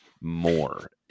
more